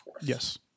yes